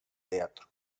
teatro